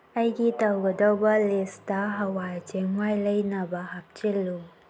ꯑꯩꯒꯤ ꯇꯧꯒꯗꯧꯕ ꯂꯤꯁꯇ ꯍꯋꯥꯏ ꯆꯦꯡꯋꯥꯏ ꯂꯩꯅꯕ ꯍꯥꯞꯆꯤꯜꯂꯨ